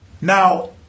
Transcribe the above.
Now